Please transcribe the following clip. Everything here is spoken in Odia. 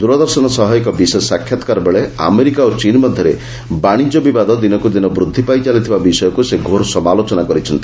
ଦୂରଦର୍ଶନ ସହ ଏକ ବିଶେଷ ସାକ୍ଷାତ୍କାରବେଳେ ଆମେରିକା ଓ ଚୀନ୍ ମଧ୍ୟରେ ବାଣିଜ୍ୟ ବିବାଦ ଦିନକୁ ଦିନ ବୃଦ୍ଧି ପାଇଚାଲିଥିବା ବିଷୟକୁ ସେ ଘୋର ସମାଲୋଚନା କରିଛନ୍ତି